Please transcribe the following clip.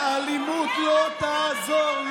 האלימות לא תעזור.